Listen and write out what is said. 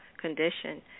condition